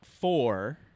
four